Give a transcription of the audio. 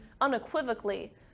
unequivocally